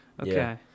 okay